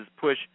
push